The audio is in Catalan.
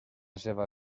seva